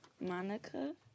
Monica